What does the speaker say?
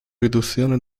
riduzione